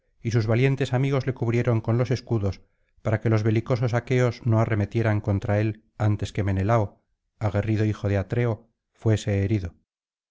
y sus valientes amigos le cubrieron con los escudos para que los belicosos aqueos no arremetieran contra él antes que menelao aguerrido hijo de atreo fuese herido